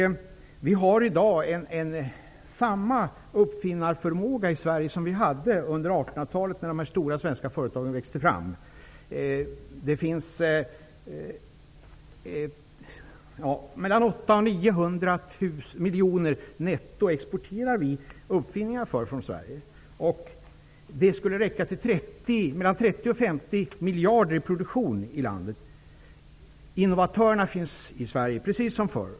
Det finns i dag samma uppfinnarförmåga i Sverige som det fanns under 1800-talet, då de stora svenska företagen växte fram. Det exporteras uppfinningar från Sverige för mellan 800 och 900 miljoner kronor netto. Detta skulle räcka till produktion i landet på mellan 30 och 50 miljarder. Innovatörerna finns i Sverige, precis som förr.